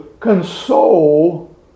console